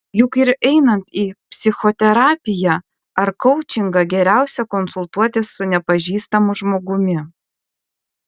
juk ir einant į psichoterapiją ar koučingą geriausia konsultuotis su nepažįstamu žmogumi